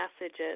messages